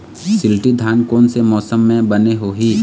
शिल्टी धान कोन से मौसम मे बने होही?